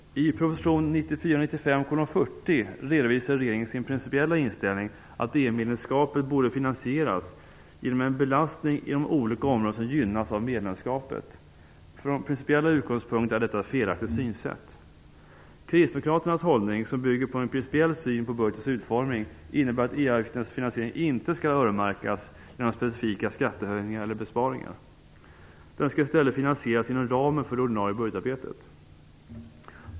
I proposition 1994/95:40 redovisar regeringen sin principiella inställning att EU-medlemskapet borde finansieras genom en belastning inom olika områden som gynnas av medlemskapet. Från principiella utgångspunkter är detta ett felaktigt synsätt. Kristdemokraternas hållning, som bygger på en principiell syn på budgetens utformning, innebär att EU-avgiftens finansiering inte skall öronmärkas genom specifika skattehöjningar eller besparingar. Den skall i stället finansieras inom ramen för det ordinarie budgetarbetet.